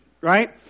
right